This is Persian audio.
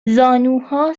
زانوها